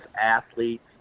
athletes